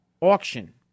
Auction